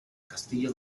castillo